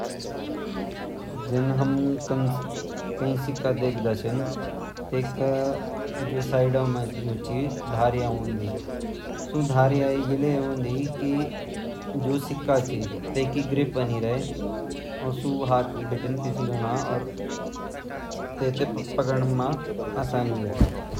कुछ सिक्कू पर किनारा बे धारी ता वोनी छे पेहली अब ता कम -कम वेनि ता वो ये वेल रनि कि जब हम वे पकड़दा ता वे वेल उ आसान रौ उ हमा हाथअल छूटु ना शयद ये वेली बनाई वेली ज़्यादा मेते भी पता नि पर मेते भी इनि लगन की वेते पकांड मा या उ ज़्यादा घिसोल ता घिसाई वे ज़्यादा न वो किलेकी घिस जान न सिक्का ता गीसन्ड मा थोड़ा योक पतली-पतली वेते वख पहुचन उ।